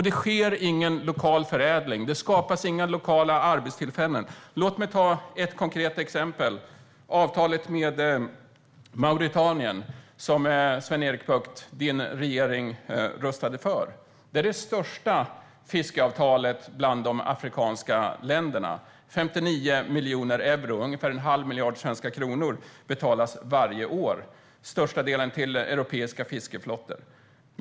Det sker ingen lokal förädling, det skapas inga lokala arbetstillfällen. Låt mig ta ett konkret exempel, nämligen avtalet med Mauretanien som Sven-Erik Bucht och hans regering röstade för. Det är det största fiskeavtalet bland de afrikanska länderna: 59 miljoner euro, alltså ungefär en halv miljard svenska kronor, betalas varje år, varav den största delen till europeiska fiskeflottor.